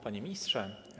Panie Ministrze!